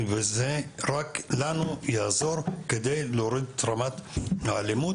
זה רק לנו יעזור כדי להוריד את רמת האלימות